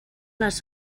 les